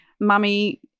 mummy